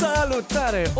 Salutare